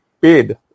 paid